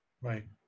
right